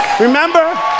Remember